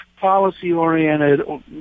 policy-oriented